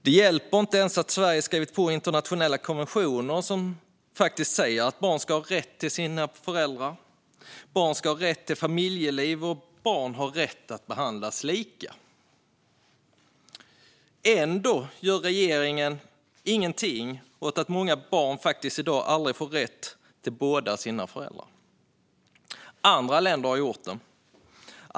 Det hjälper inte att Sverige har skrivit på internationella konventioner där det framgår att barn ska ha rätt till sina föräldrar, att barn ska ha rätt till familjeliv och att barn har rätt att behandlas lika. Ändå gör regeringen ingenting åt att många barn i dag aldrig får rätt till båda sina föräldrar. Andra länder har gjort det.